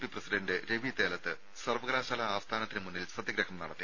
P president Ravi Thelath സർവ്വകലാശാല ആസ്ഥാനത്തിന് മുന്നിൽ സത്യഗ്രഹം നടത്തി